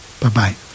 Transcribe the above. Bye-bye